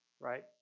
right